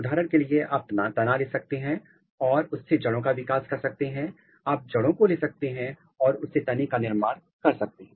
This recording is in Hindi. उदाहरण के लिए आप तना ले सकते हैं और उसमें जड़ों को विकसित कर सकते हैं आप जड़ों को ले सकते हैं और उसमें तने का निर्माण कर सकते हैं